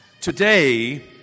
Today